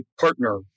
partner